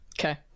okay